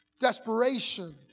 desperation